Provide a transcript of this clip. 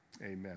Amen